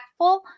impactful